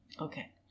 Okay